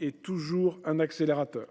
est toujours un accélérateur